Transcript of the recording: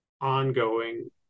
ongoing